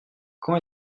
quand